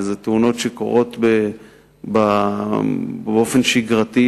אלה תאונות שקורות באופן שגרתי,